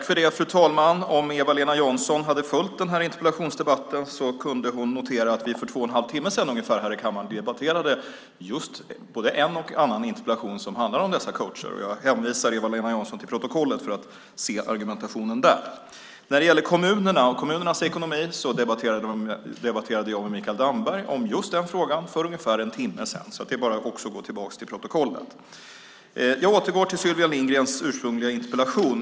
Fru talman! Om Eva-Lena Jansson hade följt de här interpellationsdebatterna kunde hon ha noterat att vi för ungefär två och en halv timme sedan här i kammaren debatterade både en och annan interpellation som handlar om dessa coacher, och jag hänvisar Eva-Lena Jansson till protokollet för att se argumentationen där. När det gäller kommunerna och kommunernas ekonomi debatterade jag med Mikael Damberg om just den frågan för ungefär en timme sedan, så det är bara att gå tillbaka till protokollet i den frågan också. Jag återgår till Sylvia Lindgrens ursprungliga interpellation.